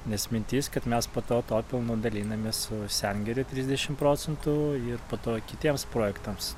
nes mintis kad mes po to tuo pelnu dalinamės sengirei trisdešimt procentų ir po to kitiems projektams